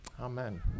Amen